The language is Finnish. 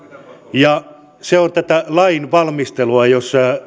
se on tätä lainvalmistelua jos